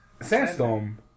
Sandstorm